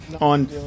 On